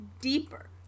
deeper